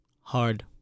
hard